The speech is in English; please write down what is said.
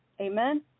Amen